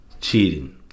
cheating